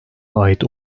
ait